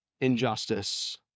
injustice